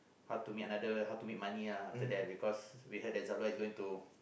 how to meet another how to make money ah after that because we heard that Zelda is going that